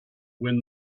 win